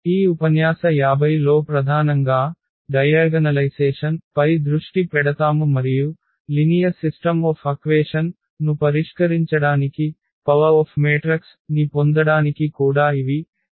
ఈ ఉపన్యాస 50 లో ప్రధానంగా వికర్ణీకరణ పై దృష్టి పెడతాము మరియు సరళ సమీకరణాల వ్యవస్థ ను పరిష్కరించడానికి మాత్రికల యొక్క శక్తి ని పొందడానికి కూడా ఇవి అనువర్తనాలు